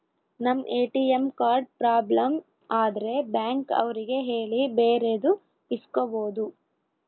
ನಮ್ ATM card problem ಆದ್ರೆ bank ಅವ್ರಿಗೆ ಹೇಳಿ ಬೇರೆದು ಇಸ್ಕೊಬೋದು